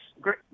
great